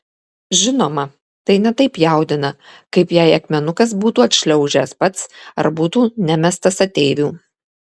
žinoma tai ne taip jaudina kaip jei akmenukas būtų atšliaužęs pats ar būtų nemestas ateivių